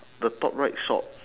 the top right shop